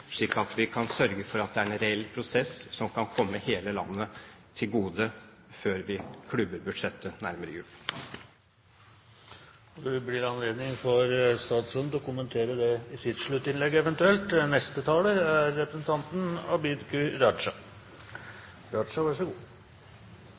slik at vi kan sørge for at det er en reell prosess som kan komme hele landet til gode, før vi klubber budsjettet nærmere jul. Det blir anledning for statsråden til eventuelt å kommentere det i sitt sluttinnlegg.